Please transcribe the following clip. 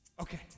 Okay